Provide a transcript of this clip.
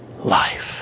life